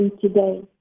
today